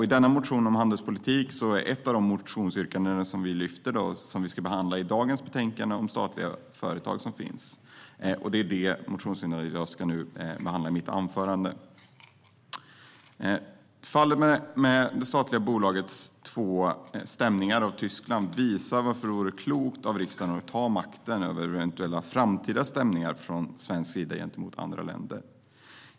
I denna motion om handelspolitik finns ett av våra motionsyrkanden som behandlas i dagens betänkande om statliga företag och som jag nu ska behandla i mitt anförande. Fallet med det statliga bolaget Vattenfalls två stämningar av Tyskland visar varför det vore klokt av riksdagen att ta makten över eventuella framtida stämningar från svensk sida gentemot andra länder.